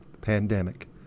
pandemic